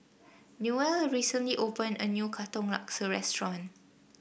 Newell recently opened a new Katong Laksa restaurant